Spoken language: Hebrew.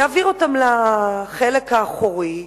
יעביר אותם לחלק האחורי,